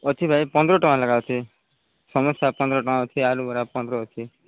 ଅଛି ଭାଇ ପନ୍ଦର ଟଙ୍କା ଲେଖା ଅଛି ସମୋସା ପନ୍ଦର ଟଙ୍କା ଅଛି ଆଳୁ ବରା ପନ୍ଦର ଅଛି